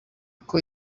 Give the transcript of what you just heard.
uko